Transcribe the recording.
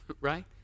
right